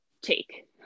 take